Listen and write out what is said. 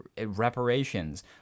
reparations